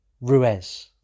Ruiz